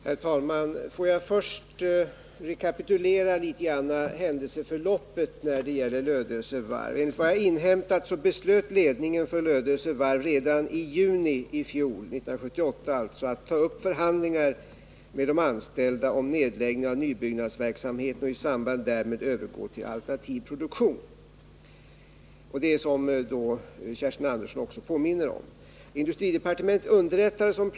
Herr talman! Får jag först något rekapitulera händelseförloppet när det gäller Lödöse Varf. Enligt vad jag har inhämtat beslöt ledningen för Lödöse Varf redan i juni 1978 att ta upp förhandlingar med de anställda om nedläggning av nybyggnadsverksamheten och i samband därmed övergång till alternativ produktion — vilket också Kerstin Andersson i Hjärtum påminde om.